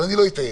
אני לא אתעייף.